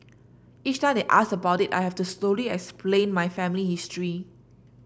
each time they ask about it I have to slowly explain my family history